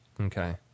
Okay